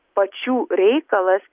pačių reikalas